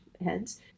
heads